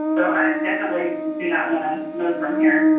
so i definitely do not want to move from here.